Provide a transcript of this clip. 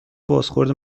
بازخورد